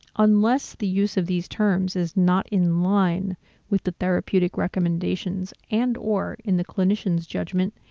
unless the use of these terms is not in line with the therapeutic recommendations and or in the clinicians judgment.